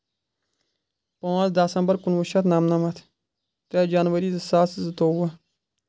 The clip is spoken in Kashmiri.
پانٛژھ دَسمبر کُنوُہ شیٚتھ نَمنَمَتھ ترٛےٚ جَنؤری زٕ ساس زٕتووُہ